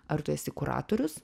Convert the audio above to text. ar tu esi kuratorius